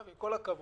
עם כל הכבוד,